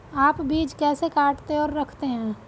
आप बीज कैसे काटते और रखते हैं?